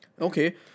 Okay